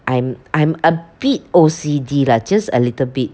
I'm I'm a bit O_C_D lah just a little bit